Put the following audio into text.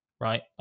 right